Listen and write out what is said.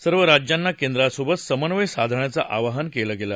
सर्व राज्याना केंद्रासोबत समन्वय साधण्याचं आवाहन केलं गेलं